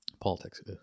politics